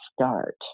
start